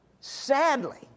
Sadly